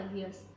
years